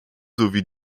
sowie